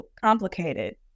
complicated